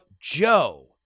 Joe